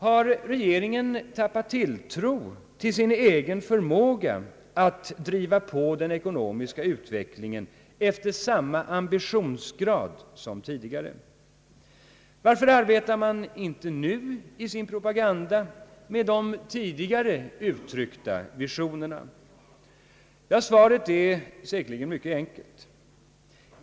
Har regeringen tappat tilltron till sin egen förmåga att driva på den ekonomiska utvecklingen efter samma ambitionsgrad som tidigare? Varför arbetar man inte nu i sin propaganda med de tidigare uttryckta visionerna? Svaret är säkerligen mycket enkelt.